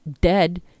dead